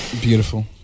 beautiful